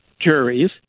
juries